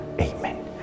Amen